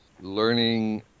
learning